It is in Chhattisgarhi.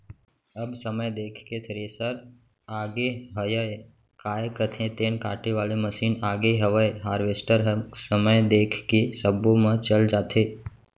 अब समय देख के थेरेसर आगे हयय, काय कथें तेन काटे वाले मसीन आगे हवय हारवेस्टर ह समय देख के सब्बो म चल जाथे